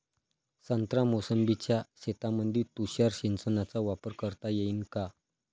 संत्रा मोसंबीच्या शेतामंदी तुषार सिंचनचा वापर करता येईन का?